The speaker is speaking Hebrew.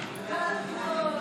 תודה.